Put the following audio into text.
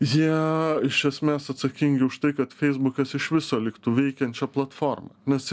jie iš esmės atsakingi už tai kad feisbukas iš viso liktų veikiančia platforma nes